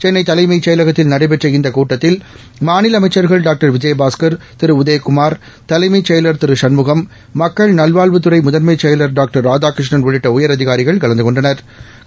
சென்னைதலைமைச் செயலகத்தில் நடைபெற்ற இந்தகூட்டத்தில் மாநிலஅமைச்சா்கள் டாக்டர் விஜயபாஸ்கா் திருஉதயகுமார் தலைமைச் செயலாளர் திருசண்முகம் மக்கள் நல்வாழ்வுத்துறைமுதன்மைச் செயலர் டாக்டர் ராதாகிருஷ்ணன் உள்ளிட்டஉயரதிகாரிகள் கலந்தகொண்டனா்